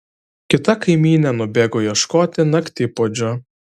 kita kaimynė nubėgo ieškoti naktipuodžio